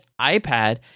iPad